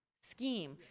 scheme